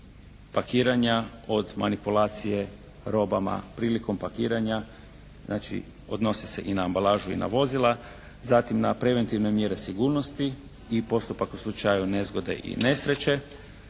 pakiranja, od manipulacije robama prilikom pakiranja znači odnosi se i na ambalažu i na vozila. Zatim na preventivne mjere sigurnosti i postupak u slučaju nezgode i nesreće.